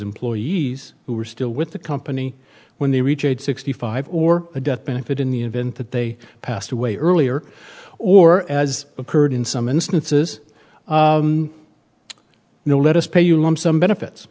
employees who are still with the company when they reach age sixty five or a death benefit in the event that they passed away earlier or as occurred in some instances no let us pay you lump sum benefits